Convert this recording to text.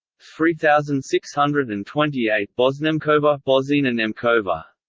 three thousand six hundred and twenty eight boznemcova boznemcova